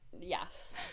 yes